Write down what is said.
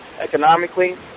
economically